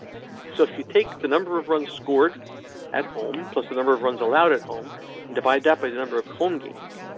so if you take the number of runs scored at home plus the number of runs allowed at home and divide it by the number of home games,